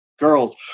Girls